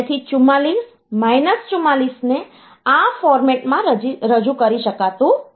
તેથી 44 માઈનસ 44 ને આ ફોર્મેટ માં રજૂ કરી શકાતું નથી